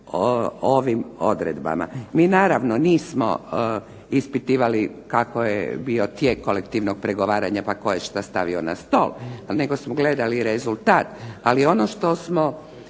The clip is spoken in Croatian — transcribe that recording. ovim odredbama. MI naravno nismo ispitivali kako je bio tijek kolektivnog pregovaranja pa tko je što stavio na stol, nego smo gledali rezultat, ali ono što smo